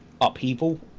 upheaval